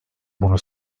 bunu